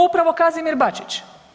Upravo Kazimir Bačić.